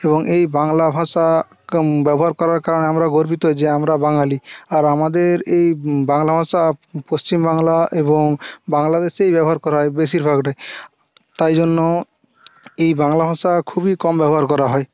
এবং এই বাংলা ভাষা ব্যবহার করার কারণ আমরা গর্বিত যে আমরা বাঙালি আর আমাদের এই বাংলা ভাষা পশ্চিমবাংলা এবং বাংলাদেশেই ব্যবহার করা হয় বেশিরভাগটাই তাই জন্য এই বাংলা ভাষা খুবই কম ব্যবহার করা হয়